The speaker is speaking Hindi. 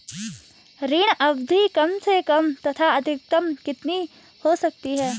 ऋण अवधि कम से कम तथा अधिकतम कितनी हो सकती है?